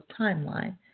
timeline